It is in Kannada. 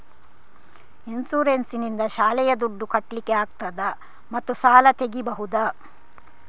ಇನ್ಸೂರೆನ್ಸ್ ನಿಂದ ಶಾಲೆಯ ದುಡ್ದು ಕಟ್ಲಿಕ್ಕೆ ಆಗ್ತದಾ ಮತ್ತು ಸಾಲ ತೆಗಿಬಹುದಾ?